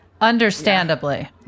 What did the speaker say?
Understandably